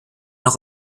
auch